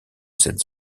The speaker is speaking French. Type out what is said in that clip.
cette